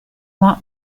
want